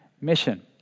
mission